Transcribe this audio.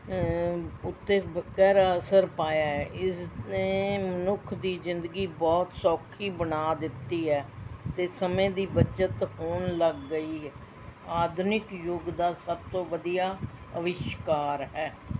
ਉੱਤੇ ਗਹਿਰਾ ਅਸਰ ਪਾਇਆ ਏ ਇਸ ਨੇ ਮਨੁੱਖ ਦੀ ਜ਼ਿੰਦਗੀ ਬਹੁਤ ਸੌਖੀ ਬਣਾ ਦਿੱਤੀ ਹੈ ਅਤੇ ਸਮੇਂ ਦੀ ਬੱਚਤ ਹੋਣ ਲੱਗ ਗਈ ਹੈ ਆਧੁਨਿਕ ਯੁੱਗ ਦਾ ਸਭ ਤੋਂ ਵਧੀਆ ਅਵਿਸ਼ਕਾਰ ਹੈ